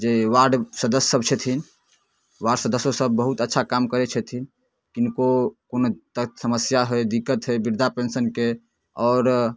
जे वार्ड सदस्यसभ छथिन वार्ड सदस्यसभ बहुत अच्छा काम करै छथिन किनको कोनो तरहके समस्या होइ दिक्कत होइ वृद्धा पेन्शनके आओर